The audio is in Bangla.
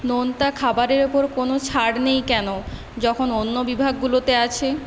নোনতা খাবারের ওপর কোনো ছাড় নেই কেনো যখন অন্য বিভাগগুলোতে আছে